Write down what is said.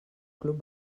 club